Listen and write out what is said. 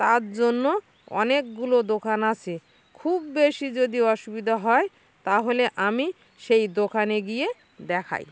তার জন্য অনেকগুলো দোকান আছে খুব বেশি যদি অসুবিধা হয় তাহলে আমি সেই দোকানে গিয়ে দেখাই